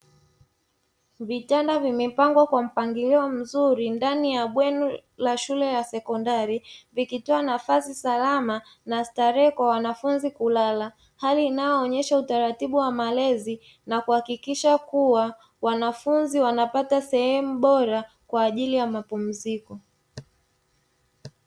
Vitanda vimepangwa kwa mpangilio mzuri ndani ya bweni la shule ya sekondari vikitoa nafasi salama na starehe kwa wanafunzi kulala, hali inayoonyesha utaratibu wa malezi na kuhakikisha kuwa wanafunzi wanapata sehemu bora kwa ajili ya mapumziko.